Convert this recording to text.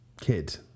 kid